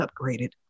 upgraded